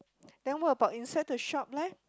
then what about inside the shop leh